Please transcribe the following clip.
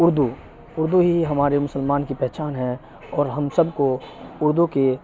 اردو اردو ہی ہمارے مسلمان کی پہچان ہیں اور ہم سب کو اردو کے